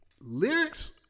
lyrics